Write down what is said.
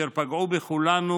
וזה פגע בכולנו,